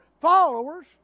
followers